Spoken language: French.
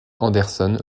anderson